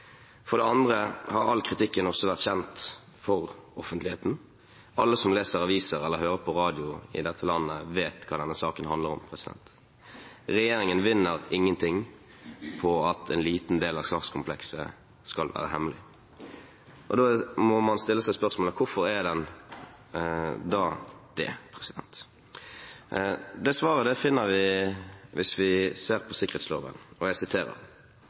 For det andre har all kritikk også vært kjent for offentligheten. Alle som leser aviser eller hører på radio i dette landet, vet hva denne saken handler om. Regjeringen vinner ingenting på at en liten del av sakskomplekset skal være hemmelig. Da må man stille seg spørsmålet: Hvorfor er den da det? Svaret finner vi hvis vi ser på sikkerhetsloven – og jeg siterer: